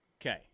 Okay